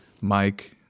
Mike